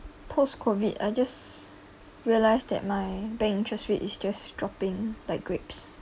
post-COVID I just realized that my bank interest rate is just dropping like grapes